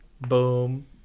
boom